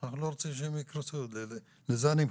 אנחנו לא רוצים שהם יקרסו, לזה אני מכוון.